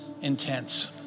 intense